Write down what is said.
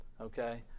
Okay